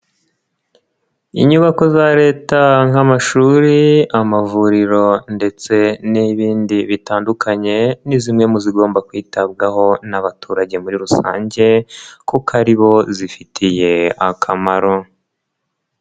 Inyubako za Leta nk' amashuri, amavuriro ndetse n'ibindi bitandukanye, ni zimwe mu zigomba kwitabwaho n'abaturage muri rusange kuko ari bo zifitiye akamaro.